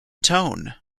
tone